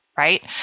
Right